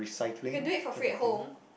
you can do it for free at home